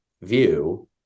view